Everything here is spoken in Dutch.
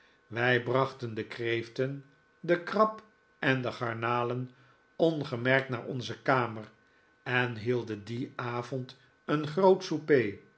wij brachten de kreeften de krab en de garnalen ongemerkt naar onze kamer en hielden dien avond een groot souper